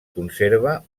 conserva